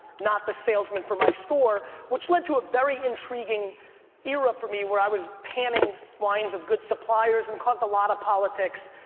not the salesman from my store, which led to a very intriguing era for me where i was panning wines of good suppliers and caused a lot of politics,